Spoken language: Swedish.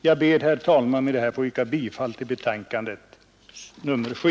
Jag ber, herr talman, att få yrka bifall till lagutskottets hemställan i betänkande nr 7.